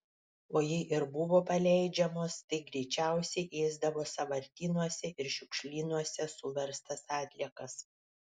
o jei ir buvo paleidžiamos tai greičiausiai ėsdavo sąvartynuose ir šiukšlynuose suverstas atliekas